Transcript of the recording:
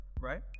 right